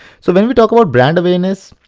so when we talk about brand awareness,